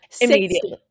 Immediately